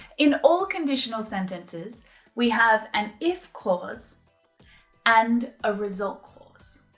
in all conditional sentences we have an if clause and a result clause.